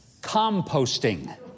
composting